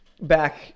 back